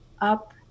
up